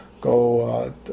go